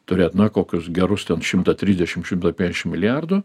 turėt na kokius gerus ten šimtą trisdešimt šimtą penkdešimt milijardų